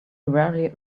rarely